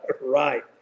right